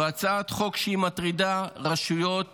זו הצעת חוק שמטרידה רשויות